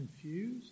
confused